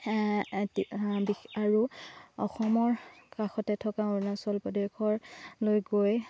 আৰু অসমৰ কাষতে থকা অৰুণাচল প্ৰদেশ লৈ গৈ